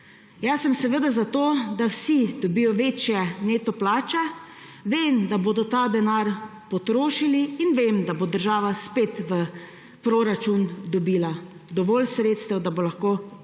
sem za to, da vsi dobijo večje neto plače. Vem, da bodo ta denar potrošili, in vem, da bo država spet v proračun dobila dovolj sredstev, da bo lahko financirala